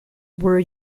were